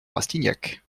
rastignac